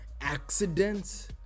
accidents